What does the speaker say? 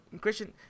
Christian